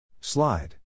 Slide